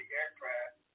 aircraft